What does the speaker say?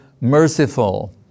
merciful